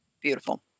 Beautiful